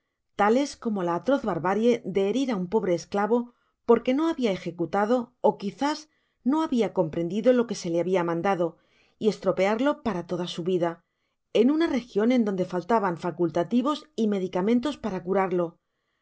tales como la atroz barbarie de herir á un pobre esclavo porque no habia ejecutado ó quizás no habia comprendido ib que se le habia mandado y estropearlo por toda su vida en una region en donde faltaban facultativos y medicamentos para curarlo